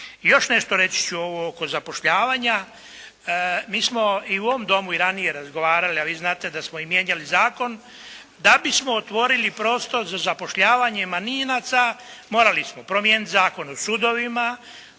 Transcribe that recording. još nešto reći ću ovo oko zapošljavanja. Mi smo i u ovom Domu i ranije razgovarali, a vi znate da smo i mijenjali zakon, da bismo otvorili prostor za zapošljavanje manjinaca morali smo promijeniti Zakon o sudovima,